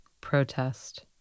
Protest